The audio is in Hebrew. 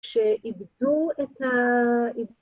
כשאיבדו את ה...